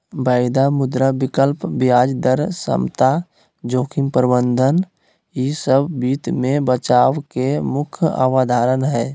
वायदा, मुद्रा विकल्प, ब्याज दर समता, जोखिम प्रबंधन ई सब वित्त मे बचाव के मुख्य अवधारणा हय